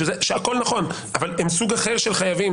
הכול נכון, אבל הם סוג אחר של חייבים.